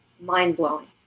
mind-blowing